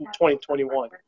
2021